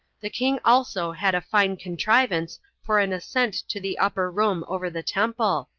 the king also had a fine contrivance for an ascent to the upper room over the temple,